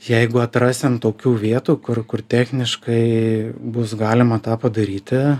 jeigu atrasim tokių vietų kur kur techniškai bus galima tą padaryti